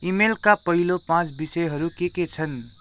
इमेलका पहिलो पाँच विषयहरू के के छन्